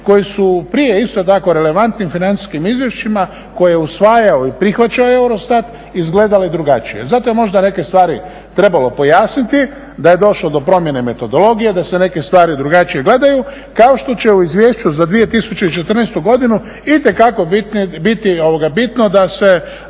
koji su prije isto tako relevantnim financijskim izvješćima koje je usvajao i prihvaćao EUROSTAT izgledali drugačije. Zato je možda neke stvari trebalo pojasniti da je došlo do promjene metodologije, da se neke stvari drugačije gledaju kao što će u izvješću za 2014. godinu itekako biti bitno da se